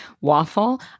waffle